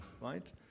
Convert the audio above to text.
right